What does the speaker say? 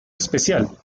especial